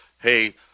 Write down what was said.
hey